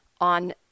on